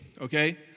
okay